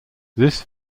this